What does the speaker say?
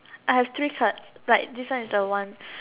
I have three cards like this one is the one